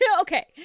okay